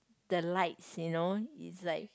the lights you know is like